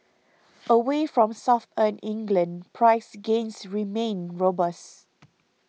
away from Southern England price gains remain robust